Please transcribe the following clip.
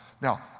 Now